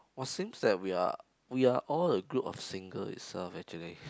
!wah! seems that we are we are all the group of single itself actually